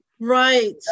Right